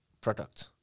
product